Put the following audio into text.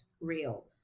real